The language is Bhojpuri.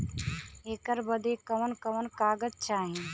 ऐकर बदे कवन कवन कागज चाही?